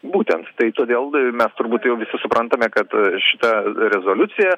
būtent tai todėl mes turbūt jau visi suprantame kad šita rezoliucija